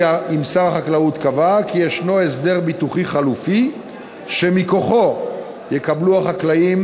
כי ישנו הסדר ביטוחי חלופי שמכוחו יקבלו החקלאים